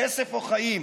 כסף או חיים.